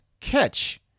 catch